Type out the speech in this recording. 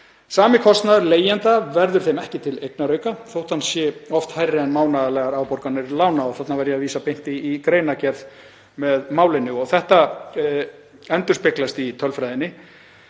Sami kostnaður leigjenda verður þeim ekki til eignarauka þótt hann sé oft hærri en mánaðarlegar afborganir lána.“ Þarna var ég að vísa beint í greinargerð með málinu og þetta endurspeglast í tölfræðinni.